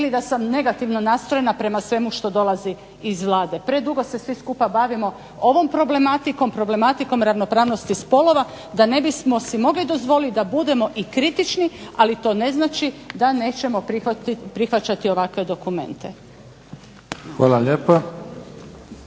ili da sam negativno nastrojena prema svemu što dolazi iz Vlade. Predugo se svi bavimo ovom problematikom, problematikom ravnopravnosti spolova da ne bismo si mogli dozvoliti da budemo kritični, ali to ne znači da nećemo prihvaćati ovakve dokumente.